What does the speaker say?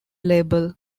label